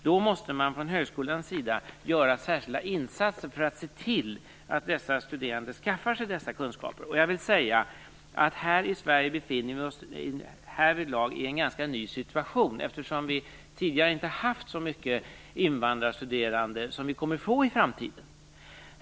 Då måste man från högskolans sida göra särskilda insatser för att se till att dessa studerande skaffar sig dessa kunskaper. Här i Sverige befinner vi oss härvidlag i en ganska ny situation, eftersom vi tidigare inte haft så många invandrarstuderande som vi kommer att få i framtiden.